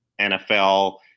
NFL